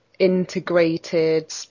integrated